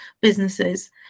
businesses